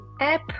app